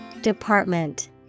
Department